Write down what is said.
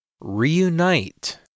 Reunite